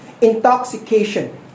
intoxication